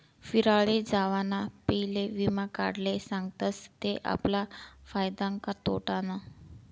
फिराले जावाना पयले वीमा काढाले सांगतस ते आपला फायदानं का तोटानं